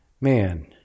man